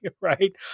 right